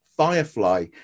Firefly